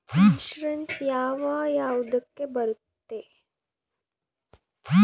Insurance ಯಾವ ಯಾವುದಕ್ಕ ಬರುತ್ತೆ?